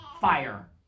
fire